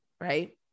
right